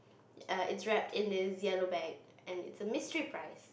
err is wrapped in this yellow bag and it's a mystery prize